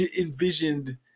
envisioned